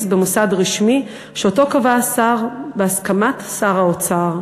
במוסד רשמי שאותו קבע השר בהסכמת שר האוצר.